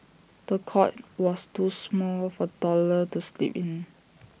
the cot was too small for toddler to sleep in